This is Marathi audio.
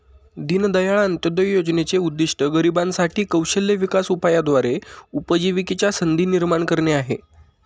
दीनदयाळ अंत्योदय योजनेचे उद्दिष्ट गरिबांसाठी साठी कौशल्य विकास उपायाद्वारे उपजीविकेच्या संधी निर्माण करणे आहे